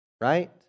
right